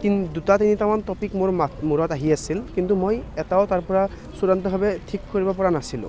তিন দুটা তিনিটা মান টপিক মোৰ মূৰত আহি আছিল কিন্তু মই এটাও তাৰপৰা চূড়ান্তভাৱে ঠিক কৰিব পৰা নাছিলো